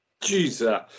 jesus